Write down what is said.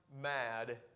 mad